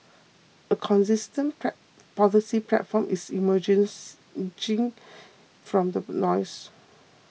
a consistent policy platform is emergence from the noise